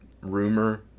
rumor